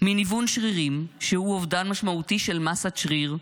מניוון שרירים, שהוא אובדן משמעותי של מסת שריר,